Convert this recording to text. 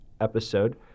episode